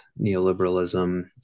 neoliberalism